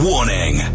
Warning